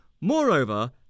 moreover